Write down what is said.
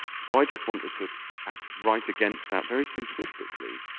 so i just wanted to act right against that very simplistically.